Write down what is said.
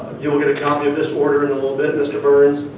you will get a copy of this order in a little bit, mr. burns,